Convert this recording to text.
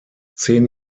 zehn